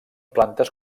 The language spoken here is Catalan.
plantes